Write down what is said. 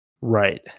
Right